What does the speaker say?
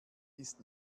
ist